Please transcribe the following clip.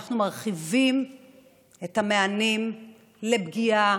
אנחנו מרחיבים את המענים לפגיעה,